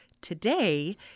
Today